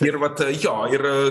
ir vat jo ir